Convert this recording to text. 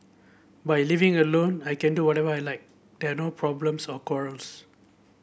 by living alone I can do whatever I like they are no problems or quarrels